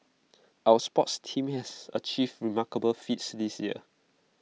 our sports teams has achieved remarkable feats this year